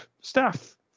staff